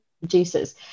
producers